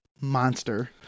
monster